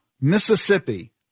Mississippi